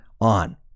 on